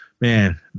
man